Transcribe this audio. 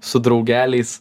su draugeliais